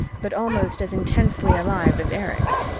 but almost as intensely alive as erich.